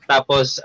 Tapos